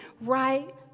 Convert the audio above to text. right